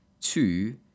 two